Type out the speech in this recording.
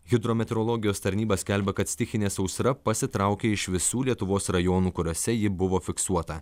hidrometeorologijos tarnyba skelbia kad stichinė sausra pasitraukė iš visų lietuvos rajonų kuriuose ji buvo fiksuota